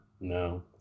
No